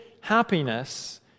happiness